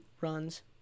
runs